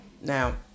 Now